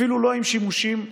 אפילו לא עם שימושים מוגבלים.